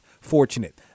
fortunate